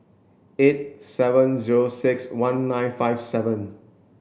eight seven zero six one nine five seven